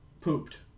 pooped